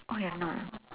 oh you've not